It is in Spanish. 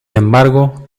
embargo